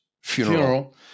funeral